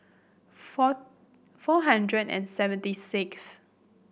four four hundred and seventy sixth